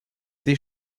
des